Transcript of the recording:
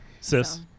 Sis